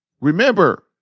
Remember